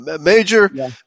Major